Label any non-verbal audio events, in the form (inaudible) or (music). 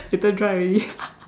later dry already (laughs)